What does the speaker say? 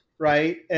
Right